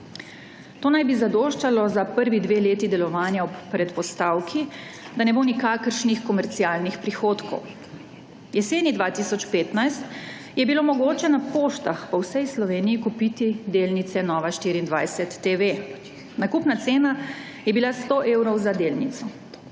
To naj bi zadoščalo za prvi dve leti delovanja, ob predpostavki, da ne bo nikakršnih komercialnih prihodkov. Jeseni 2015 je bilo mogoče na poštah po vsej Sloveniji kupiti delnice Nova24TV; nakupna cena je bila 100 evrov za delnico.